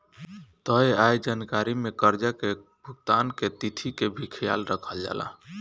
तय आय जानकारी में कर्जा के भुगतान के तिथि के भी ख्याल रखल जाला